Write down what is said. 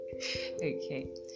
Okay